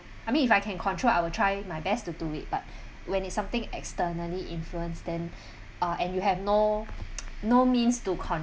I mean if I can control I will try my best to do it but when it's something externally influence than uh and you have no no means to con~